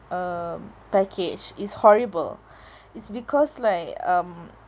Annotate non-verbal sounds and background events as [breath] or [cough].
um package is horrible [breath] it's because like um